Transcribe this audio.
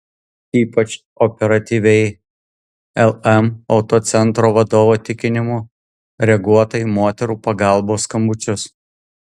ypač operatyviai lm autocentro vadovo tikinimu reaguota į moterų pagalbos skambučius